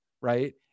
right